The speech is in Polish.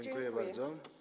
Dziękuję bardzo.